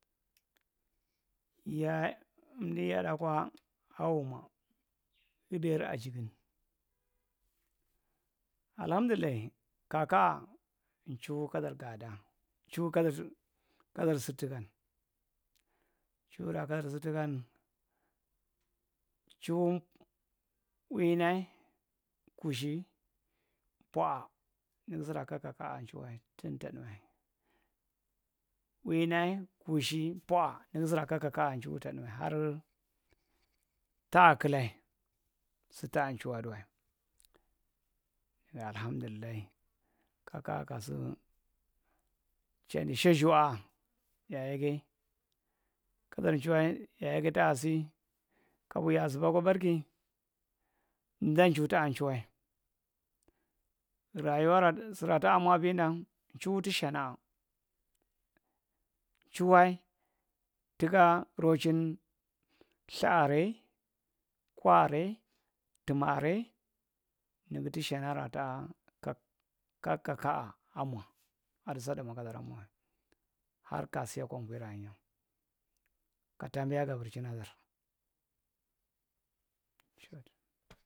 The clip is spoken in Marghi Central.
Yeh umdi yada azigin alahaɗillai kaka aa chuhu kagar laaɗa chuhu kadar sip chuhu kadaar sitɗ-tikkan chuhu raa kadar sitɗitikkan chuhu u uwinnnae, kushi mpwa wa nigi sirra ka kaka’a mpwa wa nugi tu sirraa ka kaka’a chuhuwae hark aah killae suta’aa chukwa ɗuwai dayi allahamdillai kaka’a kasu chatdi shazuwa’a ya’a- yak kae kadar chunhwae yayekke taasi kabu ya’azubba kwa barki nindan tu ta anchuhwae rayiwar ra- tdum siraa taamwa vida chuhuti shanna’a chuwhwa tuka rochin ltha arrae, ku arrae, tumma arrae nigi ti shana ra tab kaa kakaka’ah ammwa adu sa- damwa kadarmmwae har kasiyaka uvvira ahin’nta. Taambiya gabir chadar.